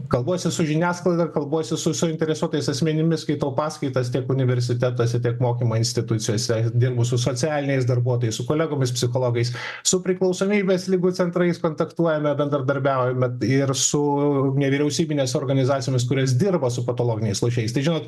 kalbuosi su žiniasklaida kalbuosi su suinteresuotais asmenimis skaitau paskaitas tiek universitetuose tiek mokymo institucijose dirbu su socialiniais darbuotojais su kolegomis psichologais su priklausomybės ligų centrais kontaktuojame bendradarbiaujame ir su nevyriausybinėmis organizacijomis kurios dirba su patologiniais lošėjais tai žinot